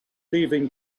leaving